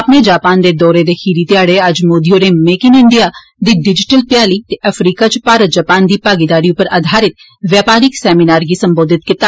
अपने जापान दे दौरे दे खीरी घ्याड़े अज्ज मोदी होरें 'मेक इन इण्डिया' दी डिजीटल भ्याली ते अफ्रीका च भारत जापान दी भागीदारी उप्पर आधारित बपारिक सैमिनार गी सम्बोधित कीता